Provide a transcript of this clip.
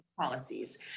Policies